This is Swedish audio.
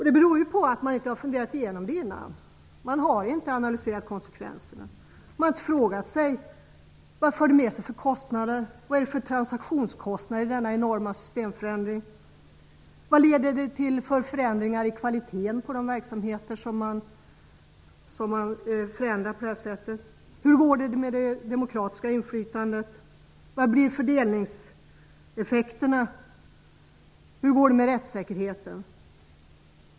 Det beror på att man inte i förväg har analyserat konsekvenserna. Man har inte frågat sig vilka transaktionskostnader som denna enorma systemförändring medför och vilka konsekvenser för kvaliteten på de berörda verksamheterna som förändringarna får. Hur går det med det demokratiska inflytandet? Vilka blir fördelningseffekterna, och hur går det med rättssäkerheten?